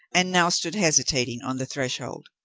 and now stood, hesitating, on the threshold.